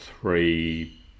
three